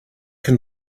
can